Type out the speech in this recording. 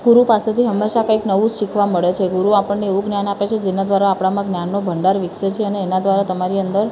ગુરુ પાસેથી હંમેશા કંઇક નવું શીખવા મળે છે ગુરુ આપણને એવું જ્ઞાન આપે છે જેના દ્વારા આપણામાં જ્ઞાનનો ભંડાર વિકસે છે અને એના દ્વારા તમારી અંદર